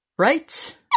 Right